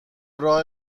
راه